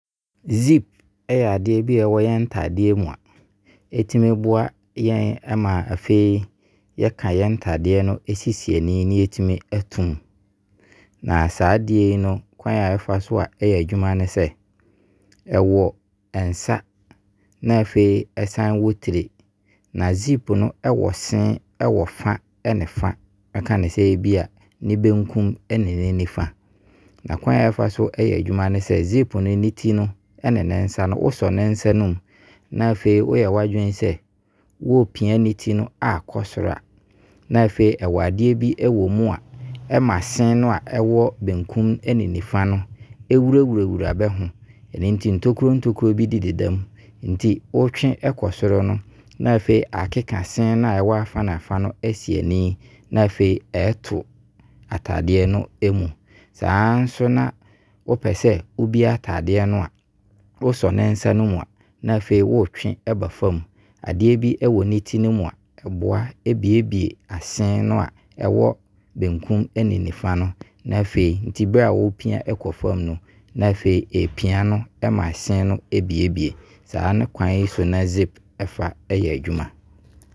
Zip yɛ adeɛ bi a ɛwɔ yɛn ntadeɛ mu a ɛtumi boa yɛn ma afei yɛka yɛn ntadeɛ no ɛsisi ani na yɛtumi to mu. Na saa adeɛ yi no kwan a ɛfa so a ɛyɛ adwuma ne sɛ ɛwɔ nsa na afei ɛsane wɔ tire. Na zip no ɛwɔ see, ɛwɔ fa ne fa. Mɛka ne sɛ ebia ne benkum ɛne ne nifa. Na kwan a ɛfa so ɛyɛ adwuma ne sɛ zip no ne ti no ɛne ne nsa no, wo sɔ ne nsa no mu na afei wo yɛ w'adwene sɛ wɔpia ne ti no akɔ soro a, na afei ɛwɔ adeɛ bi ɛwɔ mu a ɛma see no a ɛwɔ benkum ɛne nifa ɛwurawura bɛho. Ɛno nti ntokuro ntokuro bi deda mu nti wɔtwe kɔ soro no na afei akeka see no a ɛwɔ afa ne afa no si anii. Na afei ɛto atadeɛ no ɛmu. Saa nso na wo pɛ sɛ wo bie atadeɛ no a wo sɔ nsa no mu na afei wo twe ba fam a adeɛ bi wɔ ne ti no mu a ɛboa biebie see no na afei ɛpian no ma see no biebie. Saa kwan yi so na zip ɔfa ɛyɛ adwuma.